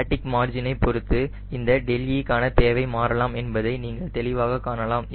static மார்ஜினை பொருத்து இந்த δe க்கான தேவை மாறலாம் என்பதை நீங்கள் தெளிவாக காணலாம்